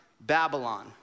Babylon